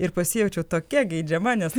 ir pasijaučiau tokia geidžiama nes